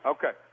Okay